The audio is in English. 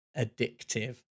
addictive